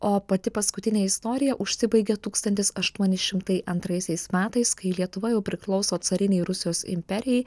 o pati paskutinė istorija užsibaigia tūkstantis aštuoni šimtai antraisiais metais kai lietuva jau priklauso carinei rusijos imperijai